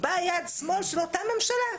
באה יד שמאל של אותה ממשלה,